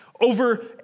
over